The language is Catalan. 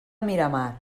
miramar